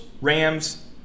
Rams